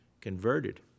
converted